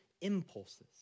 impulses